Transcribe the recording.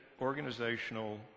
organizational